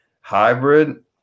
hybrid